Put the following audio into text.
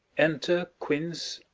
enter quince,